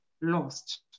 lost